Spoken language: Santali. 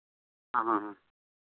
ᱦᱮᱸ ᱦᱮᱸ